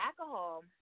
alcohol